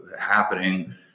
happening